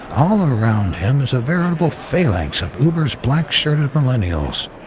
um around him is a veritable phalanx of uber's black-shirted millennials,